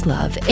Love